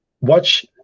watch